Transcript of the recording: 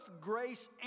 grace